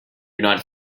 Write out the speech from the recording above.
united